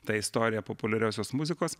tą istoriją populiariosios muzikos